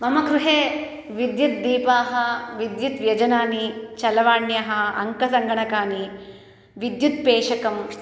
मम गृहे विद्युद्दीपाः विद्युत् व्यजनानि चलवाण्यः अङ्कसङ्गणकानि विद्युत् पेषकम्